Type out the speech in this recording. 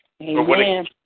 Amen